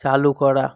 চালু করা